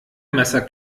messer